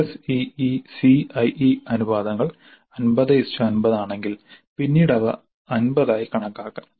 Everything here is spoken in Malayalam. SEE CIE അനുപാതങ്ങൾ 5050 ആണെങ്കിൽ പിന്നീട് അവ 50 ആയി കണക്കാക്കാം